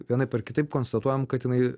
vienaip ar kitaip konstatuojam kad jinai